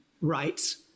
rights